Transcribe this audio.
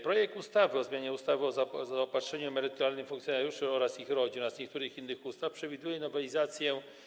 Projekt ustawy o zmianie ustawy o zaopatrzeniu emerytalnym funkcjonariuszy oraz ich rodzin oraz niektórych innych ustaw przewiduje nowelizację.